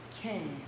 king